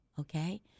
okay